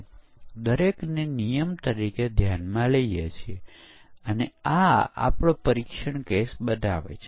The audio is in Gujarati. ડિઝાઇન વખતે એકીકરણ પરીક્ષણ એકમ પરીક્ષણ થાય છે